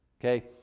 okay